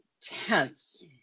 tense